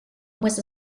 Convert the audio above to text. was